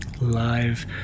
live